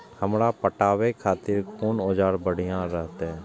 हमरा पटावे खातिर कोन औजार बढ़िया रहते?